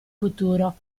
futuro